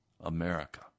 America